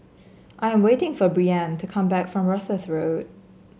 I am waiting for Breann to come back from Rosyth Road